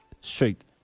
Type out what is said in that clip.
straight